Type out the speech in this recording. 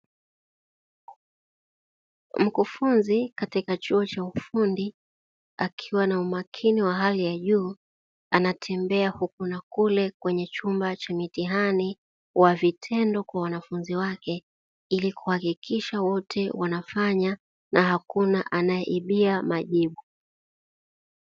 Mkufunzi katika chuo cha ufundi akiwa na umakini wa hali ya juu, anatembea huku na kule kwenye chumba cha mtihani wa vitendo kwa wanafunzi wake, ili kuhakikisha wote wanafanya na hakuna anayeibia majibu.